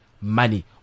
money